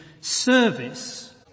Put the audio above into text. service